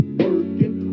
working